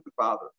father